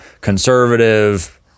conservative